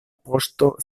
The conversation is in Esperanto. poŝto